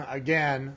again